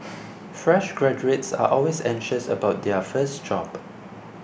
fresh graduates are always anxious about their first job